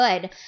good